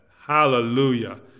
Hallelujah